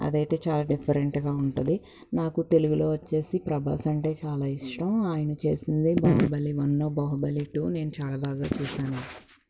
అదైతే చాలా డిఫరెంట్గా ఉంటుంది నాకు తెలుగులో వచ్చేసి ప్రభాస్ అంటే చాలా ఇష్టం ఆయన చేసిందే బాహుబలి వన్ బాహుబలి టూ నేన్ చాలా బాగా చూశాను